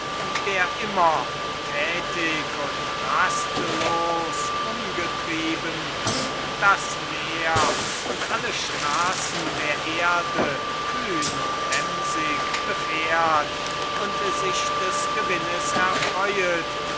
der immer tätig und rastlos umgetrieben das meer und alle straßen der erde kühn und emsig befährt und sich des gewinnes erfreuet